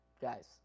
guys